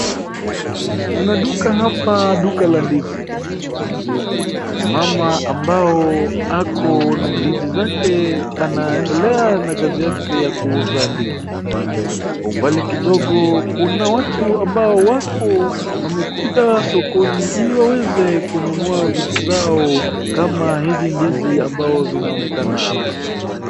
Kuna duka hapa ,duka la ndizi na mama ambao ako na ndizi zake anaendelea na kazi yake ya kuuza ndizi umbali. Kidogo kuna watu ambao wako wamekuja sokoni ili waweze kununua vitu zao kama hizi ndizi ambao zinaonekana hapa.